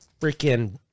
freaking